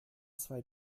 zwei